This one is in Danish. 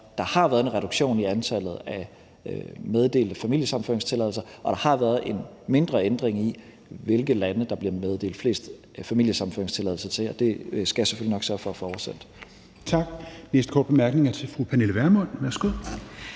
der har været en reduktion i antallet af meddelte familiesammenføringstilladelser, og at der har været en mindre ændring i, hvilke landes borgere der bliver meddelt flest familiesammenføringstilladelser til, og de tal skal jeg selvfølgelig nok sørge for at få oversendt. Kl. 16:28 Fjerde næstformand (Rasmus